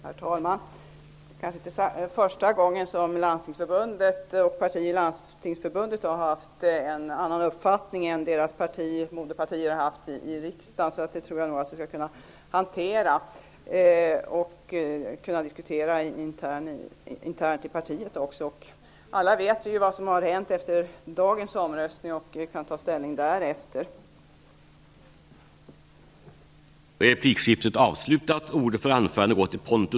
Herr talman! Det kanske inte är första gången som partier i Landstingsförbundet har haft en annan uppfattning än moderpartierna i riksdagen. Jag tror nog att vi skall kunna hantera det. Det kan vi nog diskutera internt i partiet. Efter dagens omröstning vet vi alla vad som har hänt. Då kan vi ta ställning efter det.